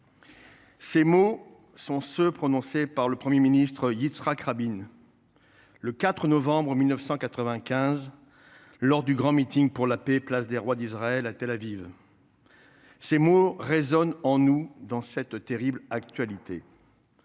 Ces mots, prononcés par le Premier ministre Yitzhak Rabin, le 4 novembre 1995, lors du grand meeting pour la paix, place des rois d’Israël, à Tel Aviv, résonnent en nous, dans cette terrible actualité.